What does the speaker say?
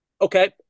Okay